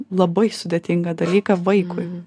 labai sudėtingą dalyką vaikui